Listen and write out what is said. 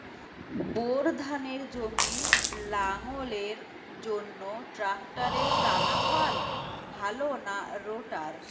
Bore ধানের জমি লাঙ্গলের জন্য ট্রাকটারের টানাফাল ভালো না রোটার?